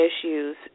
issues